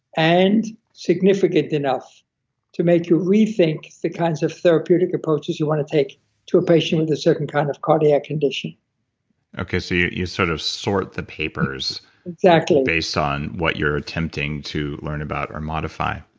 and significant enough to make you rethink the kinds of therapeutic approaches you want to take to a patient with a certain kind of cardiac condition so you you sort of sort the papers exactly based on what you're attempting to learn about or modify.